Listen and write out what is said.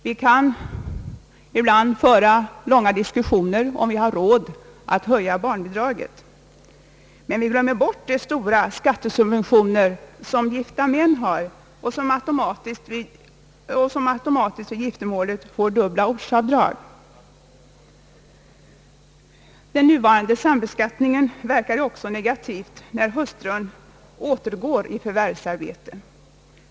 Vi kan ibland föra långa diskussioner om vi har råd att höja barnbidraget, men vi glömmer bort de stora skattesubventioner som gifta män har genom att de automatiskt efter giftermålet får dubbelt ortsavdrag. Den nuvarande sambeskattningen verkar också negativt när hustrun återgår i förvärvsarbetet.